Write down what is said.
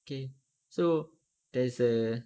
okay so there's a